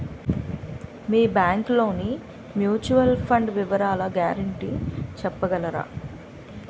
మీ bank లోని mutual fund వివరాల guarantee చెప్పగలరా?